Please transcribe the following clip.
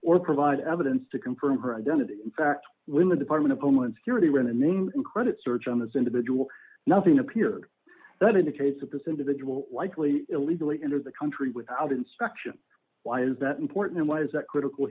or provide evidence to confirm her identity in fact when the department of homeland security when a name in credit search on this individual nothing appeared that indicates that this individual likely illegally entered the country without instruction why is that important why is that critical